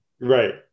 Right